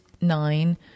nine